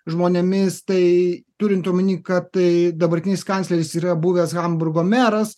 žmonėmis tai turint omeny kad tai dabartinis kancleris yra buvęs hamburgo meras